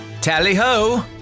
Tally-ho